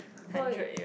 what if